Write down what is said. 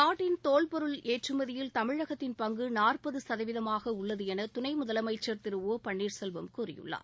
நாட்டின் தோல் பொருள் ஏற்றுமதியில் தமிழகத்தின் பங்கு நாற்பது சதவீதமாக உள்ளது என துணை முதலமைச்சர் திரு ஒ பன்னீர் செல்வம் கூறியுள்ளார்